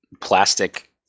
plastic